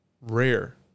Rare